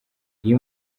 iyo